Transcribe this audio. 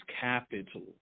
capital